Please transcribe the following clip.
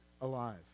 alive